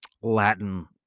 Latin